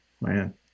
Man